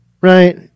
right